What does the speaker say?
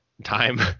time